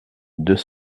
deux